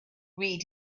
read